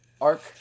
arc